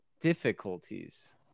difficulties